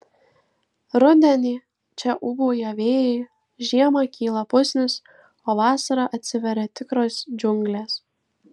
rudenį čia ūbauja vėjai žiemą kyla pusnys o vasarą atsiveria tikros džiunglės